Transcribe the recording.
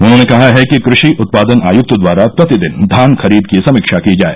उन्होंने कहा है कि कृषि उत्पादन आयक्त द्वारा प्रतिदिन धान खरीद की समीक्षा की जाए